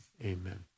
amen